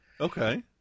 Okay